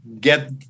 get